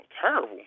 terrible